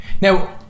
Now